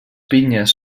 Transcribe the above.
pinyes